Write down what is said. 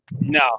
No